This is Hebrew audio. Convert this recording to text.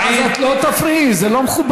אני כבר רגילה, אז את לא תפריעי, זה לא מכובד.